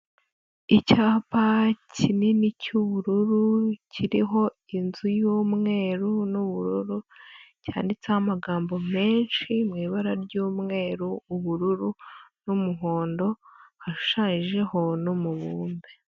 Icyapa kinini cy'ubururu kiriho inzu y'umweru n'ubururu, cyanditseho amagambo menshi mu ibara ry'umweru, ubururu n'umuhondo, hashushanyijeho n'umubumbe.